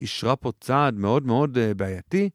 ‫אישרה פה צעד מאוד מאוד בעייתי.